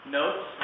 notes